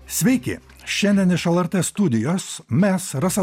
sveiki šiandien iš lrt studijos mes rasa